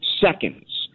seconds